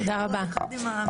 תודה רבה.